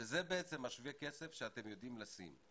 שזה בעצם שווה הכסף שאתם יודעים לשים.